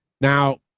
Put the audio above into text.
Now